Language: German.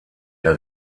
der